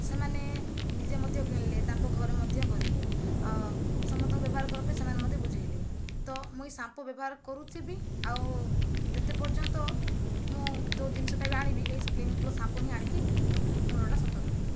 ସେମାନେ ନିଜେ ମଧ୍ୟ କିଣିଲେ ତାଙ୍କ ଘରେ ମଧ୍ୟ କରିଲେ ଆଉ ସମସ୍ତଙ୍କୁ ବ୍ୟବହାର କରିବା ପାଇଁ ସେମାନେ ମଧ୍ୟ ବୁଝାଇଲେ ତ ମୁଁ ଏ ସାମ୍ପୁ ବ୍ୟବହାର କରୁଥିବି ଆଉ ଯେତେ ପର୍ଯ୍ୟନ୍ତ ମୁଁ ଯେଉଁ ଜିନିଷଟା ବି ଆଣିବି ଏହି କ୍ଲିନିକ ପ୍ଲସ୍ ସାମ୍ପୁ ହିଁ ଆଣିକି ମୁଣ୍ଡଟା ସଫା କରିବି